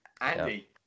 andy